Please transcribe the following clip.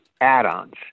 add-ons